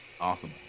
Awesome